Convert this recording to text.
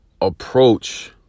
approach